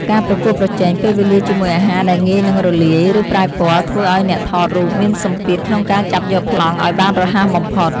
ការប្រកួតប្រជែងពេលវេលាជាមួយអាហារដែលងាយនឹងរលាយ ឬប្រែពណ៌ ធ្វើឱ្យអ្នកថតរូបមានសម្ពាធក្នុងការចាប់យកប្លង់ឱ្យបានរហ័សបំផុត។